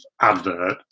advert